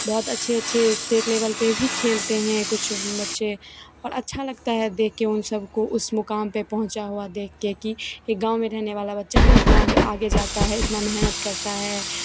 बहुत अच्छे अच्छे स्टेट लेवल पर भी खेलते हैं कुछ बच्चे और अच्छा लगता है देख कर उन सबको उस मुकाम पर पहुँचा हुआ देख कर कि गाँव में रहने वाला बच्चा भी उतना आगे जाता है इतना मेहनत करता है